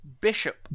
Bishop